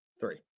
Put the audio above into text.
Three